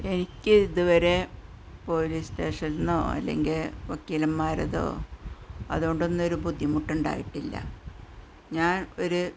എനിക്കിത് വരെ പോലീസ് സ്റ്റേഷനില്നിന്നോ അല്ലെങ്കില് വക്കീലന്മാരെതോ അതുകൊണ്ടൊന്നും ഒരു ബുദ്ധിമുട്ടുണ്ടായിട്ടില്ല ഞാന് ഒരു